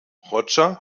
roger